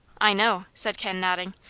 i know, said ken, nodding.